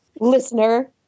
Listener